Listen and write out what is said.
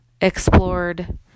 explored